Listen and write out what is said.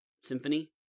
symphony